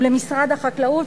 ולמשרד החקלאות,